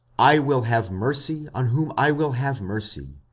i will have mercy on whom i will have mercy,